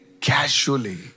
casually